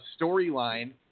storyline